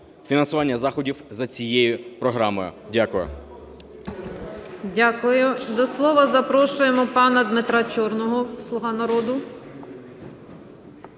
фінансування заходів за цією програмою. Дякую. ГОЛОВУЮЧИЙ. Дякую. До слова запрошуємо пана Дмитра Чорного, "Слуга народу".